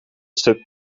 stuk